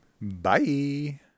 Bye